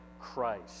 Christ